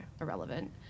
irrelevant